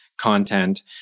content